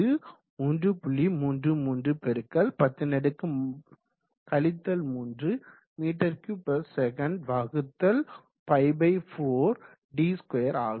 10 3 metre cube per second வகுத்தல் π4 d2ஆகும்